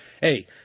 Hey